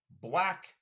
black